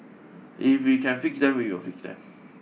if we can fix them we will fix them